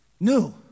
New